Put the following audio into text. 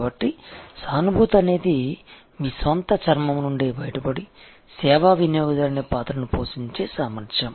కాబట్టి సానుభూతి అనేది మీ స్వంత చర్మం నుండి బయటపడి సేవా వినియోగదారుని పాత్రను పోషించే సామర్ధ్యం